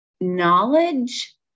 knowledge